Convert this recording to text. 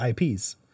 IPs